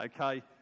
Okay